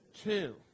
two